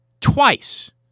twice